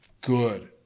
good